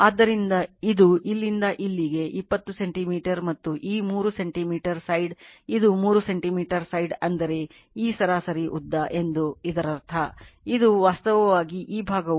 ಆದ್ದರಿಂದ ಇದು ಇಲ್ಲಿಂದ ಇಲ್ಲಿಗೆ 20 ಸೆಂಟಿಮೀಟರ್ ಮತ್ತು ಈ 3 ಸೆಂಟಿಮೀಟರ್ side ಇದು 3 ಸೆಂಟಿಮೀಟರ್ ಸೈಡ್ ಅಂದರೆ ಈ ಸರಾಸರಿ ಉದ್ದ ಎಂದು ಇದರರ್ಥ ಇದು ವಾಸ್ತವವಾಗಿ ಈ ಭಾಗ 1